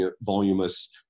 voluminous